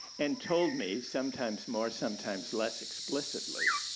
and told me sometimes more, sometimes less explicitly,